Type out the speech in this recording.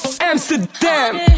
Amsterdam